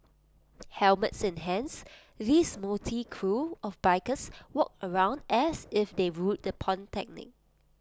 helmets in hands these motley crew of bikers walked around as if they ruled the polytechnic